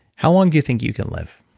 how long do you think you can live?